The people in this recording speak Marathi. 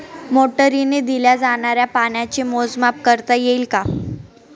मोटरीने दिल्या जाणाऱ्या पाण्याचे मोजमाप करता येईल का?